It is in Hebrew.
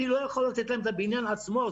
אני לא יכול לתת להם את הבניין עצמו.